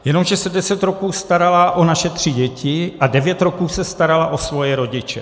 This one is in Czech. Jenomže se deset roků starala o naše tři děti a devět roků se starala o svoje rodiče.